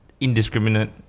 Indiscriminate